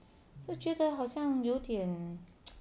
就觉得好像有点